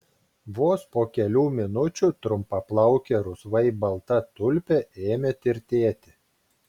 vos po kelių minučių trumpaplaukė rusvai balta tulpė ėmė tirtėti